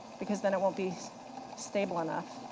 because then it won't be stable enough.